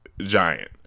giant